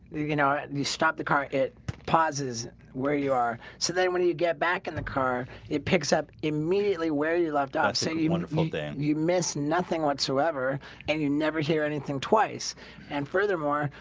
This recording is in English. you know you stop the car it pauses where you are so then when you get back in the car it picks up immediately where you left off say you you want to move in you miss nothing whatsoever and you never hear anything twice and furthermore,